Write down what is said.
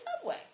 subway